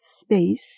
space